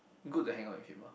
good to hang out with him ah